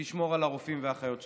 ותשמור על הרופאים והאחיות שלנו.